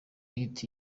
hit